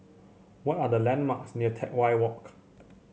what are the landmarks near Teck Whye Walk